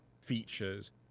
features